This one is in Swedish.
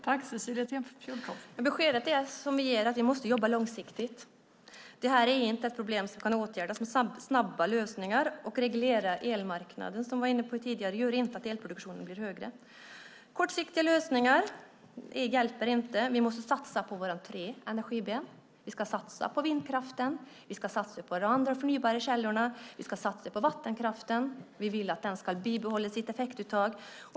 Fru talman! Beskedet vi ger är att vi måste jobba långsiktigt. Det här är inte ett problem som kan åtgärdas med snabba lösningar. Att reglera elmarknaden som någon var inne på tidigare gör inte att elproduktionen blir högre. Kortsiktiga lösningar hjälper inte. Vi måste satsa på våra tre energiben. Vi ska satsa på vindkraften, och vi ska satsa på andra förnybara källorna. Vi ska satsa på vattenkraften, och vi vill att den ska bibehålla sitt effektuttag.